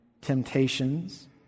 temptations